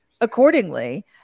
accordingly